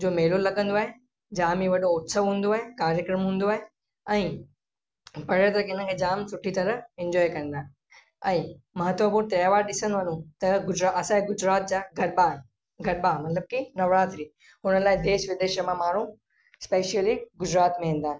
जो मेलो लॻंदो आहे जाम ई वॾो उत्सव हूंदो आहे कार्यक्रम हूंदो आहे ऐं पर्यटक हिनखे जाम सुठी तरह इंजॉय कंदा आहिनि ऐं महत्वपूर्ण त्योहार ॾिसण वञू त गुजरात असांजे गुजरात जा गरबा गरबा मतलबु कि नवरात्रि हुन लाइ देश विदेश मां माण्हू स्पेशली गुजरात में ईंदा आहिनि